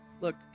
Look